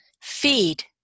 Feed